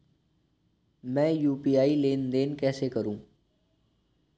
मैं यू.पी.आई लेनदेन कैसे करूँ?